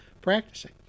practicing